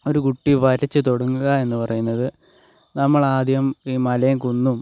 ഒരു കുട്ടി വരച്ച് തുടങ്ങുക എന്ന് പറയുന്നത് നമ്മൾ ആദ്യം ഈ മലയും കുന്നും